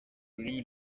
rurimi